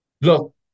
Look